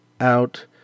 out